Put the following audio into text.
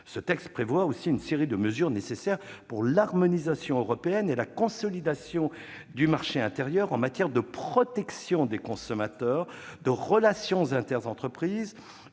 Ce texte prévoit aussi une série de mesures nécessaires pour l'harmonisation européenne et la consolidation du marché intérieur en matière de protection des consommateurs, de relations interentreprises,